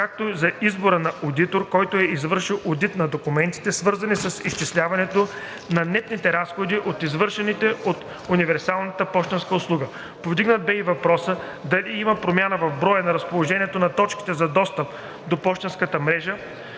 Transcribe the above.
както и за избора на одитор, който е извършил одит на документите, свързани с изчисляването на нетните разходи от извършване на универсалната пощенска услуга. Повдигнат бе и въпросът дали има промяна в броя и разположението на точките за достъп до пощенската мрежа